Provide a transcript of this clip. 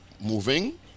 moving